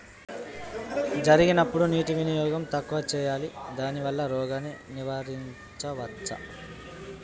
జరిగినప్పుడు నీటి వినియోగం తక్కువ చేయాలి దానివల్ల రోగాన్ని నివారించవచ్చా?